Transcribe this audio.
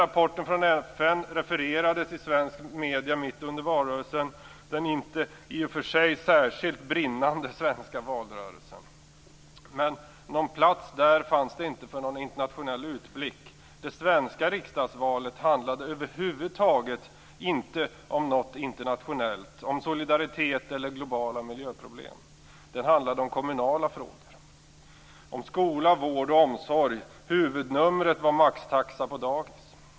Rapporten från FN refererades i svenska medier mitt under valrörelsen - den i och för sig inte särskilt brinnande valrörelsen. Men någon plats där fanns det inte för någon internationell utblick. Det svenska riksdagsvalet handlade över huvud taget inte om något internationellt, om solidaritet eller om globala miljöproblem. Det handlade om kommunala frågor, om skola, vård och omsorg. Huvudnumret var maxtaxa på dagis.